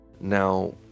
now